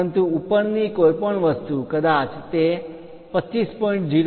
પરંતુ ઉપર ની કોઈપણ વસ્તુ કદાચ તે 25